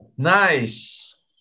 Nice